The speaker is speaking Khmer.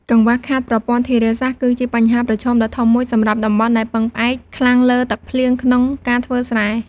កង្វះខាតប្រព័ន្ធធារាសាស្ត្រ គឺជាបញ្ហាប្រឈមដ៏ធំមួយសម្រាប់តំបន់ដែលពឹងផ្អែកខ្លាំងលើទឹកភ្លៀងក្នុងការធ្វើស្រែ។